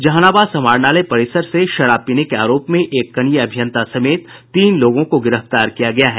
जहानाबाद समाहरणालय परिसर से शराब पीने के आरोप में एक कनीय अभियंता समेत तीन लोगों को गिरफ्तार किया गया है